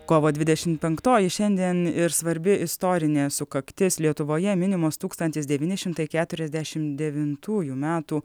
kovo dvidešimt penktoji šiandien ir svarbi istorinė sukaktis lietuvoje minimos tūkstantis devyni šimtai keturiasdešimt devintųjų metų